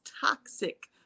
toxic